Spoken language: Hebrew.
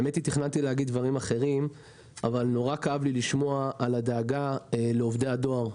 תכננתי להגיד דברים אחרים אבל כאב לי לשמוע על הדאגה לעובדי הדואר.